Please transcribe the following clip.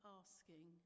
asking